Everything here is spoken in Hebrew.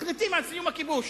מחליטים על סיום הכיבוש,